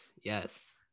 yes